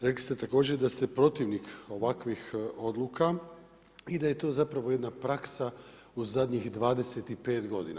Rekli ste također da ste protivnik ovakvih odluka i da je to zapravo jedna praksa u zadnjih 25 godina.